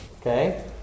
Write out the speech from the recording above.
Okay